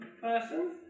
person